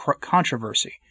Controversy